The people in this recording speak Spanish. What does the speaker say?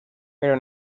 pero